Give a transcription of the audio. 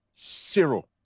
zero